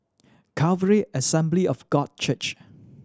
Calvary Assembly of God Church